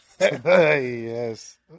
Yes